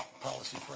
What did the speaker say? policy